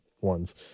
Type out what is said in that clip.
ones